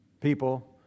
people